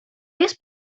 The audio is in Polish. jest